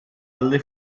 alle